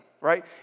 Right